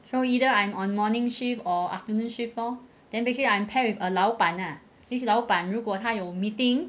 so either I'm on morning shift or afternoon shift lor then basically I'm pair with a 老板啊 this 老板啊如果他有 meeting